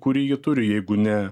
kurį ji turi jeigu ne